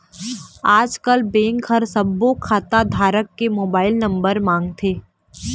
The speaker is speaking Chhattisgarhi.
आजकल बेंक ह सब्बो खाता धारक के मोबाईल नंबर मांगथे